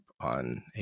on